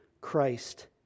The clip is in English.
Christ